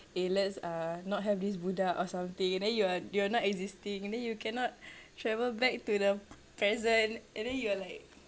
eh let's ah not have this budak or something then you are you are not existing then you cannot travel back to the present and then you are like